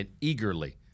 Eagerly